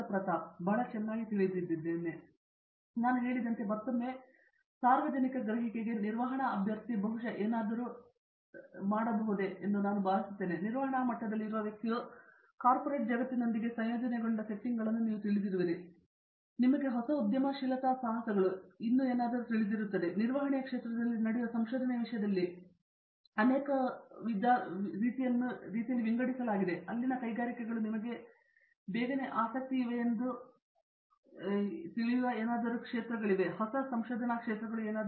ಪ್ರತಾಪ್ ಹರಿಡೋಸ್ ಇದು ಬಹಳ ಚೆನ್ನಾಗಿ ತಿಳಿದಿದೆ ನಾನು ಹೇಳಿದಂತೆ ಮತ್ತೊಮ್ಮೆ ಸಾರ್ವಜನಿಕ ಗ್ರಹಿಕೆಗೆ ನಿರ್ವಹಣಾ ಅಭ್ಯರ್ಥಿ ಬಹುಶಃ ಏನಾದರೂ ಇರುತ್ತದೆ ಎಂದು ನಾನು ಭಾವಿಸುತ್ತೇನೆ ನಿರ್ವಹಣಾ ಮಟ್ಟದಲ್ಲಿ ಇರುವ ವ್ಯಕ್ತಿಯು ಕಾರ್ಪೊರೇಟ್ ಜಗತ್ತಿನೊಂದಿಗೆ ಸಂಯೋಜನೆಗೊಂಡ ಸೆಟ್ಟಿಂಗ್ಗಳನ್ನು ನೀವು ತಿಳಿದಿರುವಿರಿ ಆದರೆ ನಿಮಗೆ ಹೊಸ ಉದ್ಯಮಶೀಲತಾ ಸಾಹಸಗಳು ಮತ್ತು ಇನ್ನೂ ಸಹ ನಿಮಗೆ ತಿಳಿದಿರುತ್ತದೆ ಆದರೆ ನಿರ್ವಹಣೆಯ ಕ್ಷೇತ್ರದಲ್ಲಿ ನಡೆಯುವ ಸಂಶೋಧನೆಯ ವಿಷಯದಲ್ಲಿ ಅನೇಕ ರೀತಿಯಲ್ಲಿ ಚೆನ್ನಾಗಿ ವಿಂಗಡಿಸಲಾಗಿದೆ ಅಲ್ಲಿನ ಕೈಗಾರಿಕೆಗಳು ನಿಮಗೆ ಬೇಗನೆ ಆಸಕ್ತಿಯಿವೆಯೆಂದು ತಿಳಿದಿರುವ ನಿರ್ದಿಷ್ಟ ಕ್ಷೇತ್ರದ ಸಂಶೋಧನೆಗಳು ಯಾವುವು